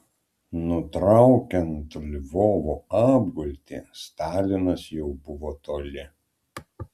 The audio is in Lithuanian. nutraukiant lvovo apgultį stalinas jau buvo toli